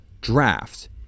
draft